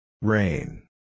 Rain